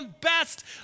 best